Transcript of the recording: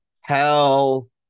Hell